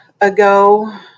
ago